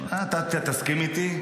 אתה תסכים איתי,